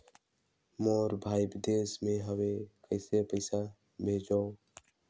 मोर भाई विदेश मे हवे कइसे पईसा भेजो?